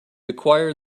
acquired